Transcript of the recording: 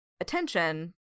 attention